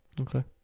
Okay